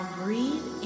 breathe